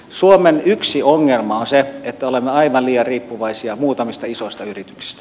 suomen yksi ongelma on se että olemme aivan liian riippuvaisia muutamista isoista yrityksistä